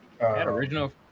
Original